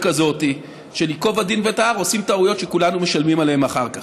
כזאת של ייקוב הדין את ההר עושים טעויות שכולנו משלמים עליהן אחר כך.